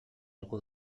algú